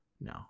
No